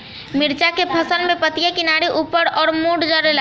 मिरचा के फसल में पतिया किनारे ऊपर के ओर मुड़ जाला?